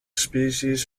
species